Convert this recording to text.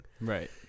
Right